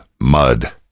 Mud